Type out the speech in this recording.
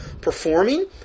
performing